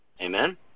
Amen